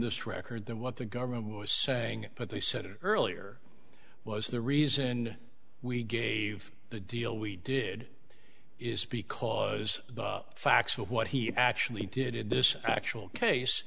this record than what the government was saying but they said it earlier was the reason we gave the deal we did is because the facts of what he actually did in this actual case